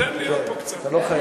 תן להיות פה קצת, יואל,